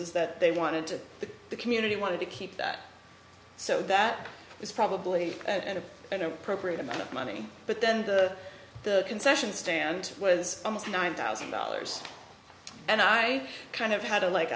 that they wanted to the community wanted to keep that so that was probably an appropriate amount of money but then the concession stand was almost nine thousand dollars and i kind of had to like